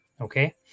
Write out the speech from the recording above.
Okay